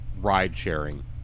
ride-sharing